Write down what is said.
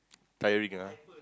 tiring ah